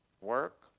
Work